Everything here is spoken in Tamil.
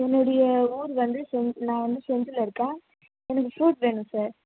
என்னுடைய ஊர் வந்து செஞ் நான் வந்து செஞ்சியில இருக்கேன் எனக்கு ஃப்ரூட்ஸ் வேணும் சார்